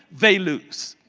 they lose.